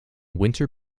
winter